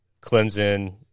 Clemson